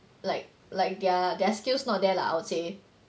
like like their their skills not there lah I would say